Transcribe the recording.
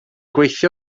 gweithio